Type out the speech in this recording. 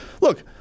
Look